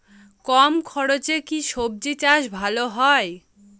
কম খরচে কি সবজি চাষ ভালো হয়?